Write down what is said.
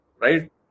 Right